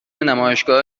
نمایشگاه